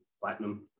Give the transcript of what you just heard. platinum